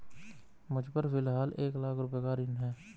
मुझपर फ़िलहाल एक लाख रुपये का ऋण है